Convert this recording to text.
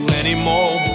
anymore